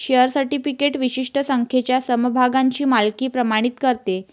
share certificate विशिष्ट संख्येच्या समभागांची मालकी प्रमाणित करते